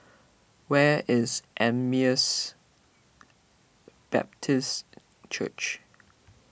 where is Emmaus Baptist Church